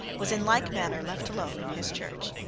was in like manner left alone in his church.